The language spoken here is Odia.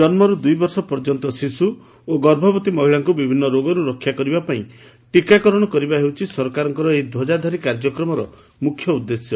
କନୁରୁ ଦୁଇ ବର୍ଷ ପର୍ଯ୍ୟନ୍ତ ଶିଶୁ ଓ ଗର୍ଭବତୀ ମହିଳାଙ୍କୁ ବିଭିନ୍ନ ରୋଗରୁ ରକ୍ଷା କରିବା ଲାଗି ଟୀକାକରଣ କରିବା ହେଉଛି ସରକାରଙ୍କର ଏହି ଧ୍ୱଜାଧାରୀ କାର୍ଯ୍ୟକ୍ରମର ମୁଖ୍ୟ ଉଦ୍ଦେଶ୍ୟ